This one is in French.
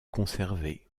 conservée